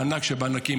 הענק שבענקים.